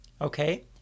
okay